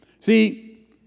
See